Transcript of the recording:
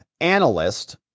analyst